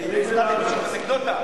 אדוני היושב-ראש, אנקדוטה.